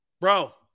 Bro